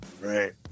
Right